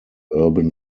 urban